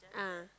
ah